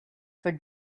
for